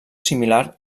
similar